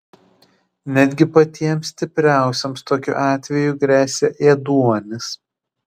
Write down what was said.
netgi patiems stipriausiems tokiu atveju gresia ėduonis